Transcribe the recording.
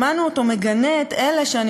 שמענו אותו מגנה את אלה אשר,